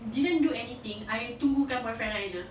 didn't do anything I tunggukan boyfriend jer